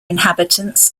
inhabitants